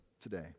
today